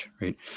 right